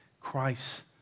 Christ